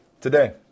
today